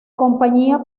compañía